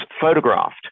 photographed